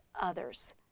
others